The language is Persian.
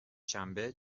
شنبه